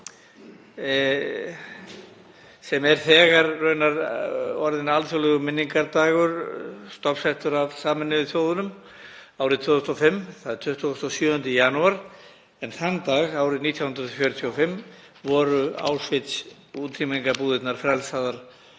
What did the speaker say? raunar þegar orðinn alþjóðlegur minningardagur, stofnsettur af Sameinuðu þjóðunum árið 2005, þ.e. 27. janúar. Þann dag árið 1945 voru Auschwitz-útrýmingarbúðirnar frelsaðar